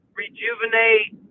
rejuvenate